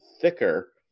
thicker